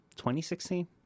2016